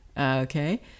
Okay